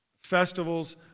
festivals